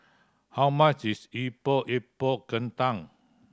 how much is Epok Epok Kentang